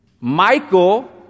Michael